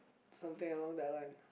something along that line